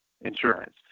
insurance